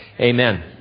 amen